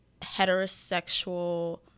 heterosexual